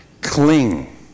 Cling